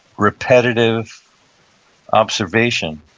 repetitive observation.